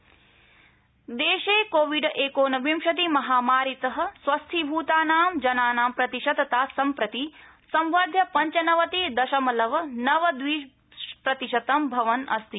Covid update देशे covid एकोनविंशति महामारीत स्वस्थीभूतानां जनानां प्रतिशतता सम्प्रति संवर्ध्य पंचनवति दशमलव नव द्वि प्रतिशतं भवन् अस्ति